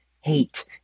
hate